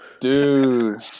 dude